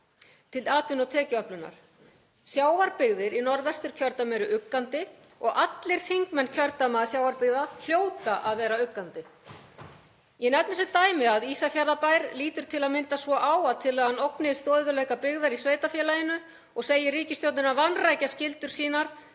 og til tekjuöflunar. Sjávarbyggðir í Norðvesturkjördæmi eru uggandi og allir þingmenn kjördæma sjávarbyggða hljóta að vera uggandi. Ég nefni sem dæmi að Ísafjarðarbær lítur til að mynda svo á að tillagan ógni stöðugleika byggðar í sveitarfélaginu og segir ríkisstjórnina vanrækja skyldur sínar